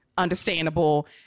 understandable